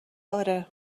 آره